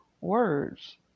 words